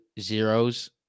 zeros